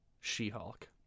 She-Hulk